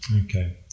okay